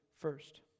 first